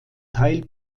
teil